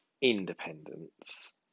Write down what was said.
independence